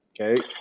okay